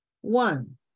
One